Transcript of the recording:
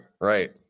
right